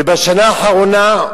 ובשנה האחרונה,